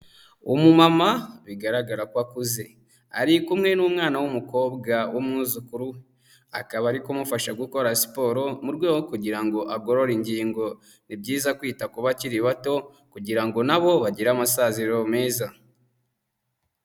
Umumama bigaragara ko akuze, ari kumwe n'umwana w'umukobwa w'umwuzukuru we, akaba ari kumufasha gukora siporo mu rwego rwo kugira ngo agorore ingingo, ni byiza kwita ku bakiri bato kugira ngo na bo bagire amasaziro meza.